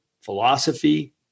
philosophy